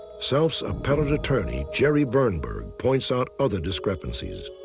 self's appellate attorney, gerry birnberg, points out other discrepancies.